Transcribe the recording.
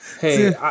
hey